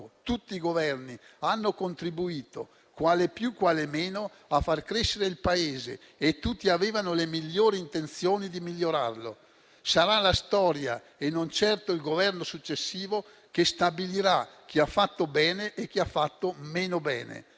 Tutti i Governi hanno contribuito, quale più quale meno, a far crescere il Paese e tutti avevano le migliori intenzioni di migliorarlo. Sarà la storia, e non certo il Governo successivo, a stabilire chi ha fatto bene e chi ha fatto meno bene.